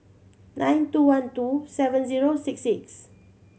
nine two one two seven zero six six